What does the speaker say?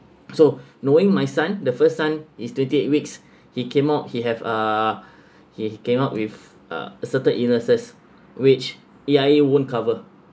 so knowing my son the first son is twenty eight weeks he came out he have a he came out with uh a certain illnesses which A_I_A won't cover